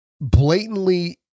blatantly